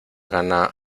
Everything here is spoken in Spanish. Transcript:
gana